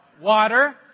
water